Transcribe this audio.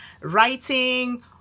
writing